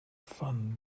fun